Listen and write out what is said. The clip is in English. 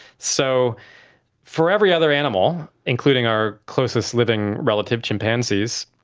so for every other animal, including our closest living relative, chimpanzees,